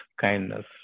kindness